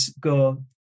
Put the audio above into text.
go